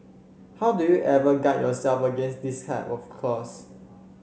how do you ever guard yourself against this type of clause